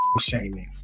shaming